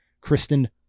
Kristen